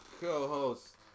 co-host